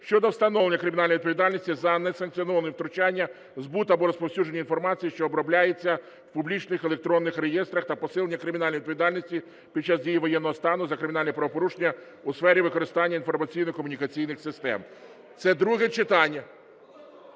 щодо встановлення кримінальної відповідальності за несанкціоноване втручання, збут або розповсюдження інформації, що оброблюється в публічних електронних реєстрах та посилення кримінальної відповідальності під час дії воєнного стану за кримінальні правопорушення у сфері використання інформаційно-комунікаційних систем. Це друге читання.